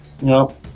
No